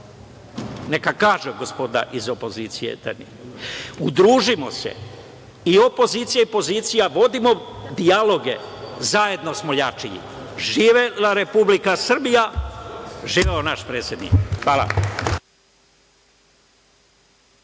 Neka kaže gospoda iz opozicije, da nije. Udružimo se, i opozicija i pozicija, vodimo dijaloge, zajedno smo jači. Živela Republika Srbija. Živeo naš predsednik. Hvala